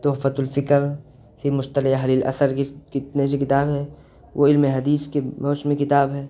تحفۃ الفکر فی مصطلح اہل الاثر کتاب ہے وہ علم حدیث کی روش میں کتاب ہے